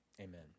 Amen